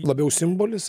labiau simbolis